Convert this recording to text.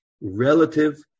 relative